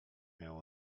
miał